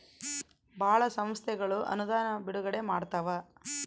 ಭಾಳ ಸಂಸ್ಥೆಗಳು ಅನುದಾನ ಬಿಡುಗಡೆ ಮಾಡ್ತವ